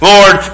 Lord